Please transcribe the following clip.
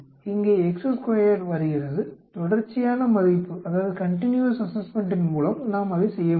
இங்கே வருகிறது தொடர்ச்சியான மதிப்பீட்டின் மூலம் நாம் அதை செய்ய முடியும்